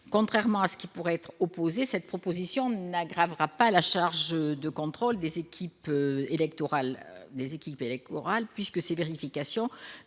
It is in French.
Contrairement à ce qui pourrait nous être opposé, cette proposition n'aggravera pas la charge de contrôle des équipes électorales, puisque ces vérifications